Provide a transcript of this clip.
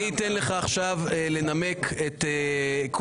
אני אתן לך עכשיו לנמק את הכול.